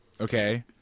okay